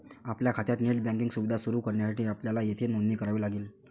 आपल्या खात्यात net banking सुविधा सुरू करण्यासाठी आपल्याला येथे नोंदणी करावी लागेल